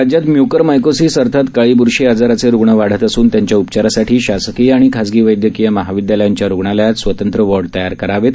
राज्यात म्युकरमायकोसीस अर्थात काळी ब्रशी आजाराचे रुग्ण वाढत असून त्यांच्या उपचारासाठी शासकीय आणि खासगी वैदयकीय महाविदयालयांच्या रुग्णालयात स्वतंत्र वॉर्ड करावेत